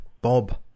Bob